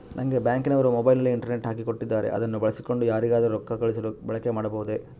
ನಂಗೆ ಬ್ಯಾಂಕಿನವರು ಮೊಬೈಲಿನಲ್ಲಿ ಇಂಟರ್ನೆಟ್ ಹಾಕಿ ಕೊಟ್ಟಿದ್ದಾರೆ ಅದನ್ನು ಬಳಸಿಕೊಂಡು ಯಾರಿಗಾದರೂ ರೊಕ್ಕ ಕಳುಹಿಸಲು ಬಳಕೆ ಮಾಡಬಹುದೇ?